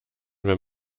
wenn